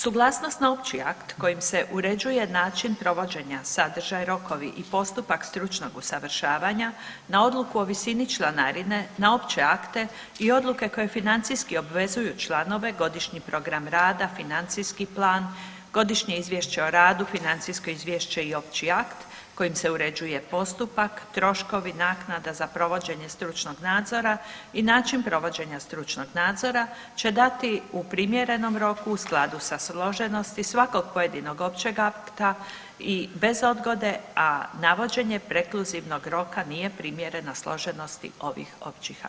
Suglasnost na opći akt kojim se uređuje način provođenja, sadržaj, rokovi i postupak stručnog usavršavanja, na odluku o visini članarine, na opće akte i odluke koje financijski obvezuju članove, godišnji program rada, financijski plan, godišnje izvješće o radu, financijsko izvješće i opći akt kojim se uređuje postupak, troškovi naknada za provođenje stručnog nadzora i način provođenja stručnog nadzora će dati u primjerenom roku u skladu sa složenosti svakog pojedinog općeg akta i bez odgode, a navođenje prekluzivnog roka nije primjereno složenosti ovih općih akata.